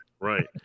right